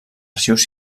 arxius